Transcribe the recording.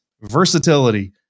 versatility